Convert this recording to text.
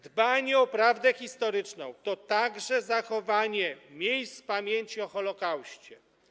Dbanie o prawdę historyczną to także zachowanie miejsc pamięci o Holokauście.